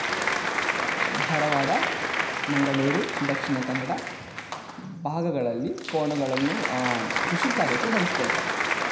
ಧಾರವಾಡ, ಮಂಗಳೂರು ದಕ್ಷಿಣ ಕನ್ನಡ ಭಾಗಗಳಲ್ಲಿ ಕೋಣಗಳನ್ನು ಕೃಷಿಕಾರ್ಯಕ್ಕೆ ಬಳಸ್ಕೊಳತರೆ